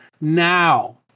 now